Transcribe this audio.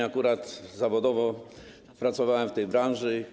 Akurat zawodowo pracowałem w tej branży.